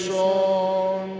you know